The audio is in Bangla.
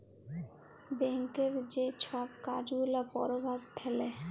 ব্যাংকের যে ছব কাজ গুলা পরভাব ফেলে